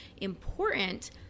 important